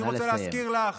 אני רוצה להזכיר לך